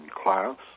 class